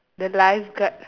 the lifeguard